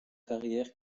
carrière